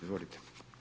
Izvolite.